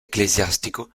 ecclesiastico